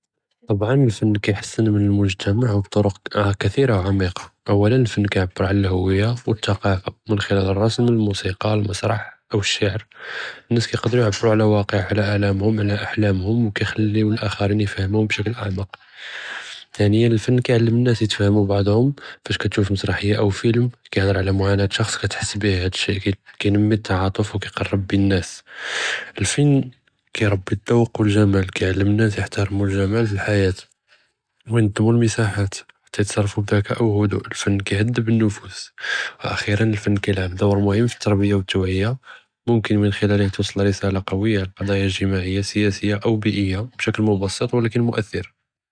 טבען, אלפַן כיהסן מן אלמֻג'תמע ו בִּטֻרֻק ראהה כִתּירה ו עמיקה. אואלא אלפַן כיעבר עלא אל־הֻויה ו אלתֻקפה, מן חֻלּל אלרסם, אלמוסיקה, אלמסרה, אוא אלשעהר. אלנאס יקדרו יַעבּרו עלא וואקִע, עלא אַלאם-הם, עלא אֻחלַאם-הם, ו כיחלִיו אלאח'רין יִפְהֵמוּהם בשִכּל אעמק. תאניָה אלפַן כיעללֵם אלנאס יִתפְהמוּ בעֻד-חום, פאש כتشוּף מסרה אוא פילם כיהדֵר עלא מַעַאנאת איש, כתחַס בו, האד א־שי כִינמִי אלתַעאטוּף ו כִיקּרֵב בין אלנאס. אלפַן כירבּי אלזוּק ו אלג'מאל, כיעללֵם אלנאס יְחֻתרמו אלג'מאל פי אלחייאה, ו ינזמו אלמסاحات, ו חתה יתְסַרְפוּ בדִיקאא' ו חדוּء. אלפַן כיהדזב אלנֻפוס. ו אֻח'ירָן, אלפַן כיעַלֵבּ דור מֻهم פי אלתרביה ו אלתוַעיה, ימקּן מן חֻלּלו תוּסַל רִיסָאלַה קַוִיה לִקַדַאיָה אִג'תִמאעיה, סיאסה אוא בִי'איה בשִכּל מבסּט ו ولكין מֻאַתִ'ר.